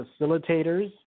facilitators